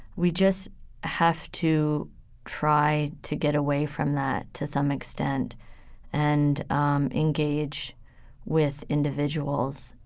we just have to try to get away from that to some extent and um engage with individuals.